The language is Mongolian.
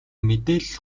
мэдээлэл